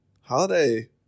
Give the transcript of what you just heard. Holiday